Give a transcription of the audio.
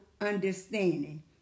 understanding